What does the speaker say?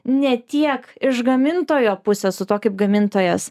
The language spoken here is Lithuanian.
ne tiek iš gamintojo pusės su tuo kaip gamintojas